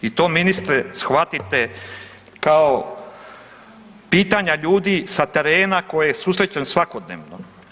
I to ministre shvatite kao pitanja ljudi sa terena koje susrećem svakodnevno.